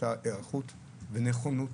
הייתה היערכות, נכונות